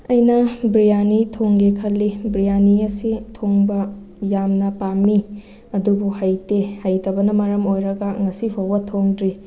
ꯑꯩꯅ ꯕꯤꯔꯌꯥꯅꯤ ꯊꯣꯡꯒꯦ ꯈꯜꯂꯤ ꯕꯤꯔꯌꯥꯅꯤ ꯑꯁꯤ ꯊꯣꯡꯕ ꯌꯥꯝꯅ ꯄꯥꯝꯃꯤ ꯑꯗꯨꯕꯨ ꯍꯩꯇꯦ ꯍꯩꯇꯕꯅ ꯃꯔꯝ ꯑꯣꯏꯔꯒ ꯉꯁꯤ ꯐꯥꯎꯕ ꯊꯣꯡꯗ꯭ꯔꯤ